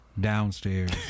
downstairs